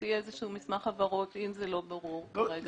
יוציא מסמך הבהרות אם זה לא ברור כרגע.